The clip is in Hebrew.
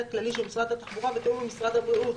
הכללי של משרד התחבורה בתיאום עם משרד הבריאות.